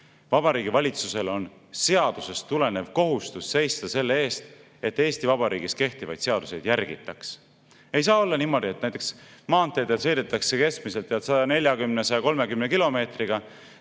Vabariigi Valitsusel on seadusest tulenev kohustus seista selle eest, et Eesti Vabariigis kehtivaid seaduseid järgitaks. Ei saa olla niimoodi, et näiteks maanteedel sõidetakse keskmiselt 130–140 kilomeetrit